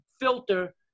filter